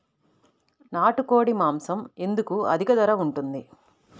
నాకు కోడి మాసం ఎందుకు అధిక ధర ఉంటుంది?